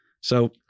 So-